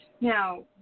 Now